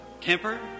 temper